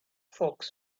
folks